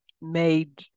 made